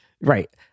Right